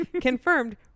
confirmed